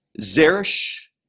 Zeresh